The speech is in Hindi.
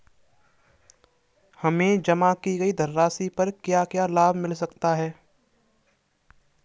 हमें जमा की गई धनराशि पर क्या क्या लाभ मिल सकता है?